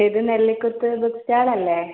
ഇത് നെല്ലിക്കുത്ത് ബുക്ക്സ്റ്റാള് അല്ലേ